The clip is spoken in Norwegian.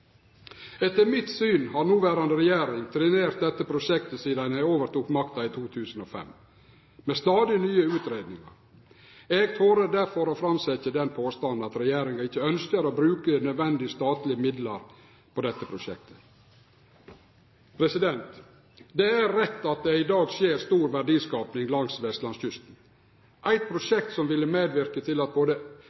Etter mitt syn har den noverande regjeringa trenert dette prosjektet sidan dei overtok makta i 2005, med stadig nye utgreiingar. Eg torer derfor framsetje den påstanden at regjeringa ikkje ønskjer å bruke nødvendige statlege midlar på dette prosjektet. Det er rett at det i dag skjer stor verdiskaping langs Vestlandskysten. Eit prosjekt som ville medverke til